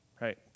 Right